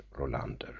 Rolander